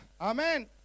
amen